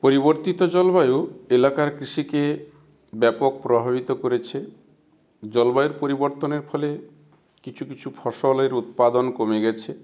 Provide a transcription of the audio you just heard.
পরিবর্তিত জলবায়ু এলাকার কৃষিকে ব্যাপক প্রভাবিত করেছে জলবায়ুর পরিবর্তনের ফলে কিছু কিছু ফসলের উৎপাদন কমে গিয়েছে